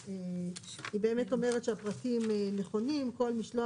היא אומרת שהפרטים נכונים כל מי משלוח